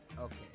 Okay